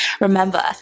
Remember